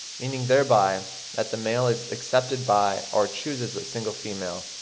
meaning thereby that the male is accepted by or chooses a single female,